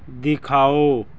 ਦਿਖਾਓ